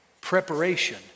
preparation